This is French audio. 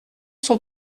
son